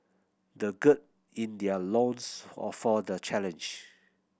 they gird in their loins or for the challenge